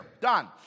Done